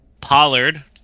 Pollard